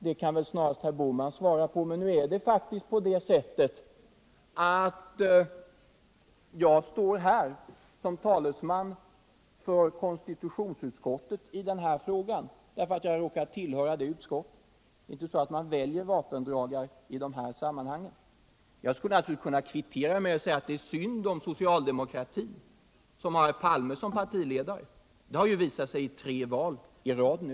Den saken bör väl närmast herr Bohman svara på, men nu är det faktiskt på det sättet att jag står här som talesman för konstitutionsutskottet i denna fråga, eftersom jag råkar tillhöra det utskottet. Det är inte så att man väljer vapendragare i de här sammanhangen. Jag skulle naturligtvis kunna kvittera med att säga att det är synd om socialdemokratin som har herr Palme som partiledare. Det har ju visat sig i tre val i rad nu.